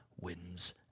wins